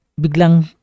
biglang